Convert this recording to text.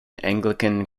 anglican